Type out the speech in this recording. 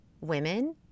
women